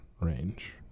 range